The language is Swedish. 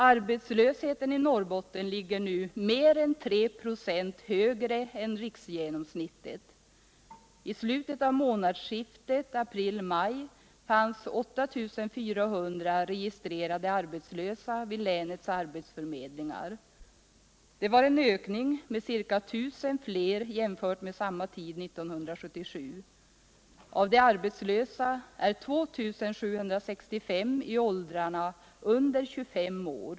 Arbetslösheten i Norrbotten ligger nu mer än 3 96 högre än riksgenomsnittet. I slutet av månadsskiftet april-maj fanns 8 400 registrerade arbetslösa vid länets arbetsförmedlingar. Det var en ökning med ca 19000 jämfört med samma tid 1977. Av de arbetslösa är 2 765 i åldrarna under 25 år.